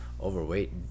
overweight